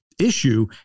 Issue